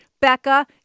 Becca